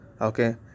okay